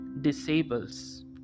disables